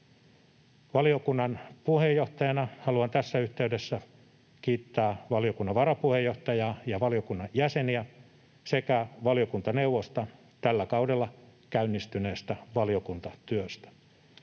Valiokunnan puheenjohtajana haluan tässä yhteydessä kiittää valiokunnan varapuheenjohtajaa ja valiokunnan jäseniä sekä valiokuntaneuvosta tällä kaudella käynnistyneestä valiokuntatyöstä.